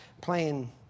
playing